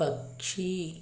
పక్షి